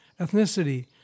ethnicity